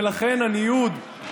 ולכן הניוד,